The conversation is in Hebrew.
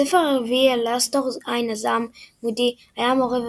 בספר הרביעי אלאסטור "עין הזעם" מודי היה המורה,